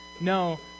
No